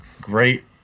great